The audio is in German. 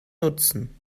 nutzen